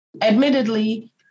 admittedly